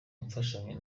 imfashanyo